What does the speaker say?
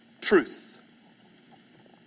truth